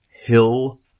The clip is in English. hill